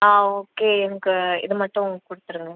ஆ okay எனக்கு இது மட்டும் கொடுத்துடுங்க